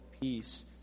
peace